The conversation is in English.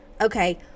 Okay